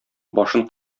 башын